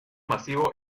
masivo